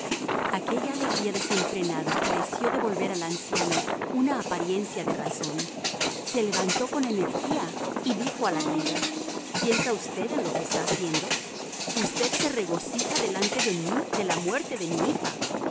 aquella alegría desenfrenada pareció devolver al anciano una apariencia de razón se levantó con energía y dijo a la viuda piensa usted en lo que está haciendo usted se regocija delante de mí de la muerte de mi hija